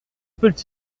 peut